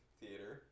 theater